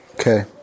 Okay